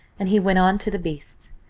and he went on to the beasts.